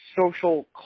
social